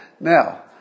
Now